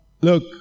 Look